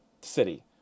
city